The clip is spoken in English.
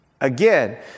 Again